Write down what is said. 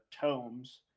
tomes